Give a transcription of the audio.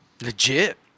Legit